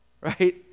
right